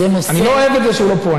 אני לא אוהב את זה שהוא לא פה,